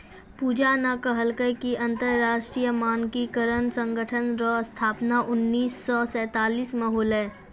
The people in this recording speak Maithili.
पूजा न कहलकै कि अन्तर्राष्ट्रीय मानकीकरण संगठन रो स्थापना उन्नीस सौ सैंतालीस म होलै